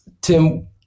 Tim